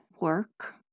work